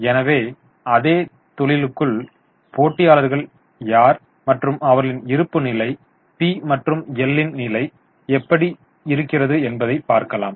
எனவே அதே தொழிலுக்குள் போட்டியாளர்கள் யார் மற்றும் அவர்களின் இருப்புநிலை பி மற்றும் எல் ன் நிலை எப்படி இருக்கிறது என்பதை பார்க்கலாம்